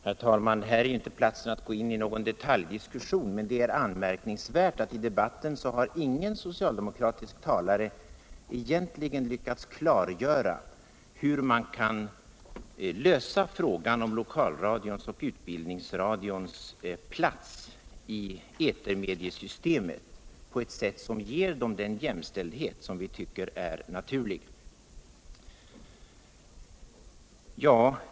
Herr talman! Här är inte rätt plats att gå in I någon detaljdiskussion, men det är anmärkningsvärt att ingen socialdemokratisk talare i debatten egentligen har lyckats klargöra hur man skall lösa frågan om lokalradions och utbildningsradions plus i etermediesystemet på ett sätt som ger dem den jämställdhet som vi tvcker är naturlig.